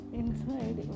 inside